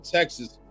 Texas